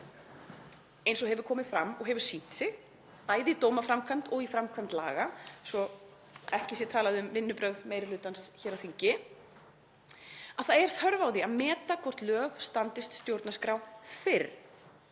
eins og hefur komið fram og hefur sýnt sig bæði í dómaframkvæmd og í framkvæmd laga, svo ekki sé talað um vinnubrögð meiri hlutans hér á þingi, að það er þörf á því að meta fyrr hvort lög standist stjórnarskrá af